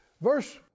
Verse